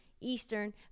Eastern